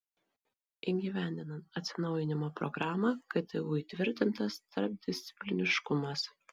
įgyvendinant atsinaujinimo programą ktu įtvirtintas tarpdiscipliniškumas